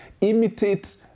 imitate